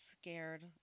scared